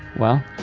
well,